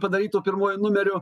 padarytų pirmuoju numeriu